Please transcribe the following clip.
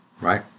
right